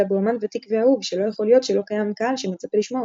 אלא באמן ותיק ואהוב שלא יכול להיות שלא קיים קהל שמצפה לשמוע אותו.